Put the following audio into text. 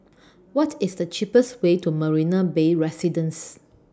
What IS The cheapest Way to Marina Bay Residences